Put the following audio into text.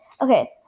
okay